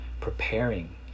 preparing